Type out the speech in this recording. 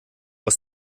aus